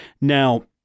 Now